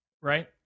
right